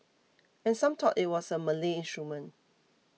and some thought it was a Malay instrument